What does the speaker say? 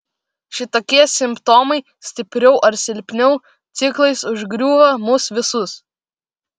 šitokie simptomai stipriau ar silpniau ciklais užgriūva mus visus